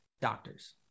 doctors